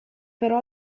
però